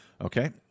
Okay